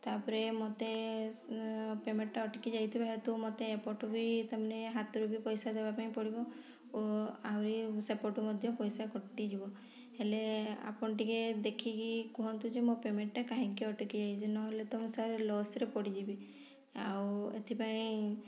ତା'ପରେ ମତେ ପେମେଣ୍ଟ୍ଟା ଅଟକି ଯାଇଥିବା ହେତୁ ମୋତେ ଏପଟୁ ବି ତାମାନେ ହାତରୁ ବି ପଇସା ଦେବାପାଇଁ ପଡ଼ିବ ଓ ଆହୁରି ସେପଟୁ ମଧ୍ୟ ପଇସା କଟିଯିବ ହେଲେ ଆପଣ ଟିକେ ଦେଖିକି କୁହନ୍ତୁ ଯେ ମୋ ପେମେଣ୍ଟ୍ଟା କାହିଁକି ଅଟକି ଯାଇଛି ନହେଲେ ତ ମୁଁ ସାର୍ ଲସ୍ରେ ପଡ଼ିଯିବି ଆଉ ଏଥିପାଇଁ